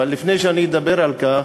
אבל לפני שאני אדבר על כך,